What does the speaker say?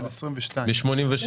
עד 2022. מ-1986.